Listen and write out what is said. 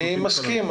אני מסכים,